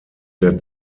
der